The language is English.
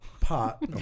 pot